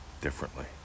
Differently